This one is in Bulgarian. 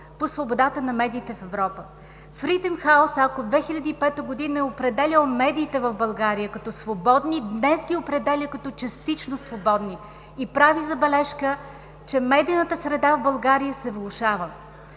по свободата на медиите в Европа. „Фридъм Хаус“ ако 2005 г. е определял медиите в България като свободни, днес ги определя като частично свободни и прави забележка, че медийната среда в България се влошава.